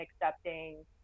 accepting